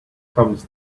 comes